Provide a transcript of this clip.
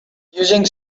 using